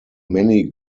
many